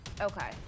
Okay